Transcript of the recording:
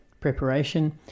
preparation